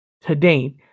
today